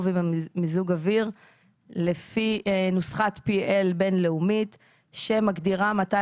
ומיזוג אוויר לפי נוסחת PL בינלאומית שמגדירה מתי